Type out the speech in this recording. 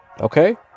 okay